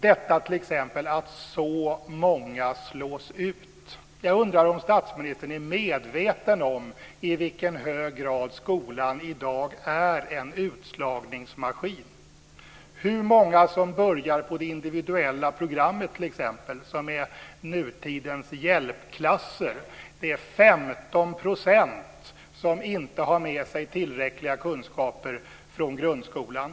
Det gäller t.ex. detta att så många slås ut. Jag undrar om statsministern är medveten om i vilken hög grad skolan i dag är en utslagningsmaskin. Hur många är det som börjar det individuella programmet, som är nutidens hjälpklasser? Det är 15 % som inte har med sig tillräckliga kunskaper från grundskolan.